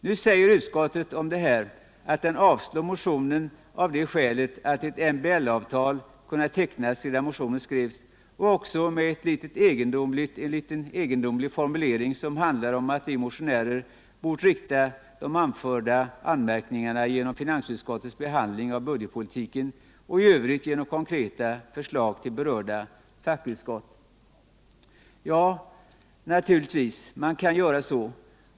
Nu säger utskottet om detta, att det avstyrker motionen av det skälet att ett MBL-avtal kunnat tecknas sedan motionen skrevs och också med en litet egendomlig formulering, som handlar om att vi motionärer bort framföra de anförda anmärkningarna i samband med finansutskottets behandling av budgetpolitiken och i övrigt genom konkreta förslag till berörda fackutskott. Ja, naturligtvis — man kan göra så.